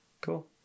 Cool